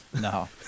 No